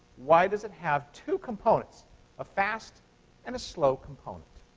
why does it have two components a fast and a slow component?